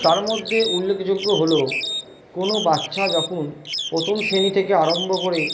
তার মধ্যে উল্লেখযোগ্য হল কোনো বাচ্চা যখন প্রথম শ্রেণী থেকে আরম্ভ করে